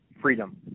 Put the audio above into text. freedom